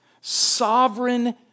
sovereign